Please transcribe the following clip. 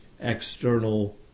external